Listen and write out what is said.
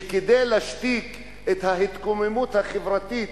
שכדי להשתיק את ההתקוממות החברתית,